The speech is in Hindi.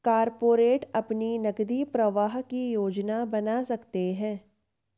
कॉरपोरेट अपने नकदी प्रवाह की योजना बना सकते हैं